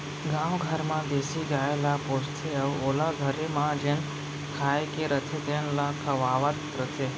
गाँव घर म देसी गाय ल पोसथें अउ ओला घरे म जेन खाए के रथे तेन ल खवावत रथें